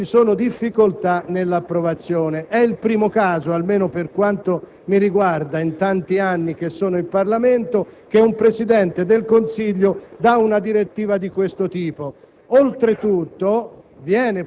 a causa delle difficoltà nell'approvazione. È il primo caso, almeno per quanto mi riguarda, in tanti anni che sono in Parlamento, che un Presidente del Consiglio dà una direttiva di questo tipo. Oltretutto,